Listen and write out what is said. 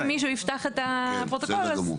מישהו יפתח את הפרוטוקול אז הכל יהיה ברור.